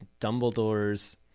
Dumbledore's